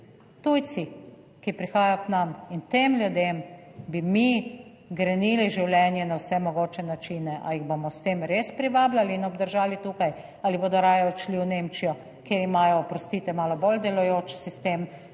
Tujci, ki prihajajo k nam. In tem ljudem bi mi grenili življenje na vse mogoče načine. Ali jih bomo s tem res privabljali in obdržali tukaj ali bodo raje odšli v Nemčijo, kjer imajo, oprostite, malo bolj delujoč sistem